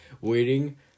waiting